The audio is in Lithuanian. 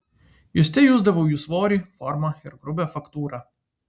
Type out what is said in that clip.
juste jusdavau jų svorį formą ir grubią faktūrą